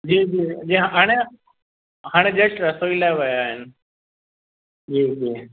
जी जी हाणे हाणे जस्ट रसोई लाइ विया आहिनि जी जी